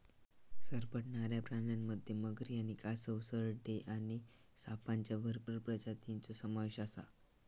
सरपटणाऱ्या प्राण्यांमध्ये मगरी आणि कासव, सरडे आणि सापांच्या भरपूर प्रजातींचो समावेश आसा